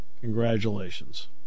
Congratulations